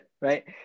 right